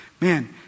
man